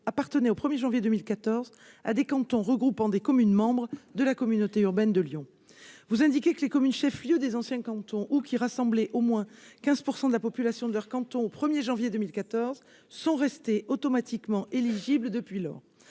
appartenait au 1er janvier 2014 à des cantons regroupant des communes membres de la communauté urbaine de Lyon vous indiquer que les communes chefs-lieux des anciens cantons ou qui, au moins 15 % de la population de leur canton au 1er janvier 2014 sont restés automatiquement éligible depuis lors,